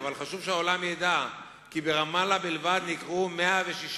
אבל חשוב שהעולם ידע כי ברמאללה בלבד נקראו 106